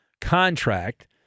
contract